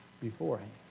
beforehand